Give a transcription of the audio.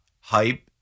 hype